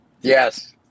Yes